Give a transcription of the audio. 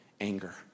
anger